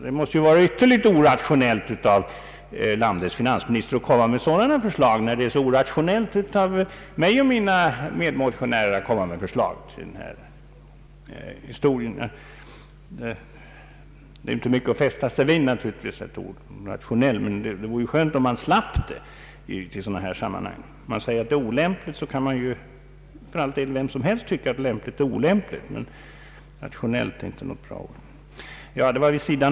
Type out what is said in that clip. Det måste vara ytterligt orationellt av landets finansminister att lägga fram sådana förslag, när det är så orationellt av mig och mina medmotionärer att presentera ett sådant förslag som det föreliggande. Det är inte mycket att fästa sig vid att förslaget betecknas som orationellt, men det vore skönt att slippa sådana uttalanden i dylika sammanhang. Vem som helst kan tycka att något är lämpligt eller olämpligt, men rationellt är inte ett bra ord. Herr talman!